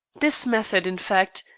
this method, in fact,